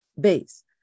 base